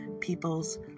people's